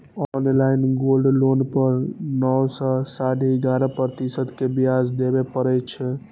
online gold loan पर नौ सं साढ़े ग्यारह प्रतिशत के ब्याज देबय पड़ै छै